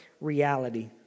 reality